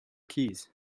keys